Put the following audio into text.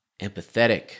empathetic